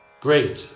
Great